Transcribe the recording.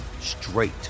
straight